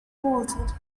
bolted